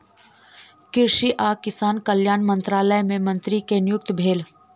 कृषि आ किसान कल्याण मंत्रालय मे मंत्री के नियुक्ति भेल